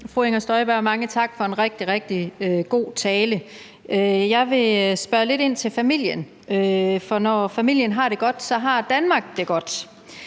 fru Inger Støjberg for en rigtig, rigtig god tale. Jeg vil spørge lidt ind til familien, for når familien har det godt, har Danmark det godt.